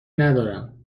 ندارم